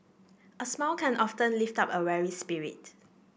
a smile can often lift up a weary spirit